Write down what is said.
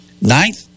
ninth